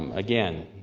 um again